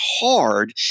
hard